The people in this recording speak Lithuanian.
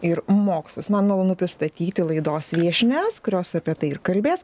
ir mokslus man malonu pristatyti laidos viešnias kurios apie tai ir kalbės